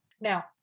Now